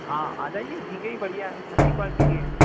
हाँ आ जाइए झींगे भी बढिया हैं अच्छी क्वालटी के हैं